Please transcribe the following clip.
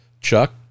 Chuck